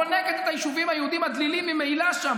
וחונקת את היישובים היהודיים הדלילים ממילא שם,